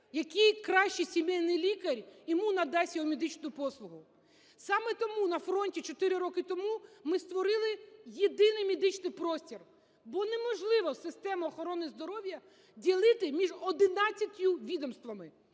який краще сімейний лікар йому надасть його медичну послугу. Саме тому на фронті 4 роки тому ми створили єдиний медичний простір, бо неможливо систему охорони здоров'я ділити між 11 відомствами.